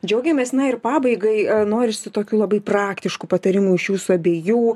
džiaugiamės na ir pabaigai norisi tokių labai praktiškų patarimų iš jūsų abiejų